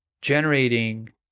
generating